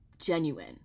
genuine